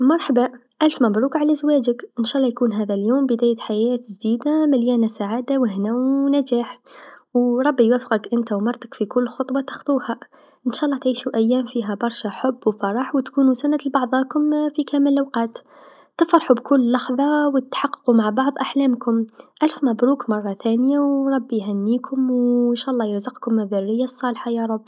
مرحبا ألف مبروك على زواجك، إنشاء الله يكون هذا اليوم بداية حياة جديدا، مليانه سعاده و هنا و نجاح، و ربي يوفقك أنت و مرتك في كل خطوا تخطوها، إنشاء الله تعيشو أيام فيها برشا حب و فرح و تكونو سند لبعضاكم في كامل لوقات، تفرحو بكل لحظه و تحقو مع بعض أحلامكم، ألف مبروك مرا ثانيه و ربي يهنيكم و انشاء الله يرزقكم الذريه الصالحه يا رب.